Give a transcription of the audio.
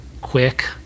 quick